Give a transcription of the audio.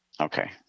okay